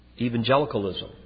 evangelicalism